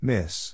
Miss